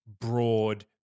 broad